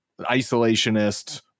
isolationist